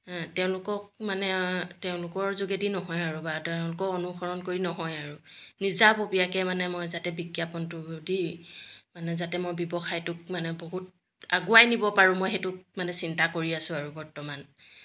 তেওঁলোকক মানে তেওঁলোকৰ যোগেদি নহয় আৰু বা তেওঁলোকক অনুসৰণ কৰি নহয় আৰু নিজাববীয়াকৈ মানে মই যাতে বিজ্ঞাপনটো দি মানে যাতে মই ব্যৱসায়টোক মানে বহুত আগুৱাই নিব পাৰোঁ মই সেইটোক মানে চিন্তা কৰি আছোঁ আৰু বৰ্তমান